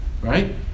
Right